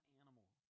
animal